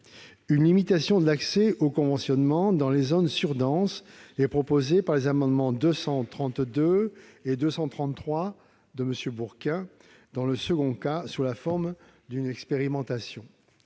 Une limitation de l'accès au conventionnement dans les zones surdenses est proposée par les amendements n 232 rectifié et 233 rectifié dans le second cas sous la forme d'une expérimentation.